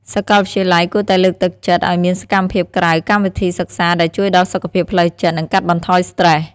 សាកលវិទ្យាល័យគួរតែលើកទឹកចិត្តឱ្យមានសកម្មភាពក្រៅកម្មវិធីសិក្សាដែលជួយដល់សុខភាពផ្លូវចិត្តនិងកាត់បន្ថយស្ត្រេស។